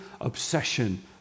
obsession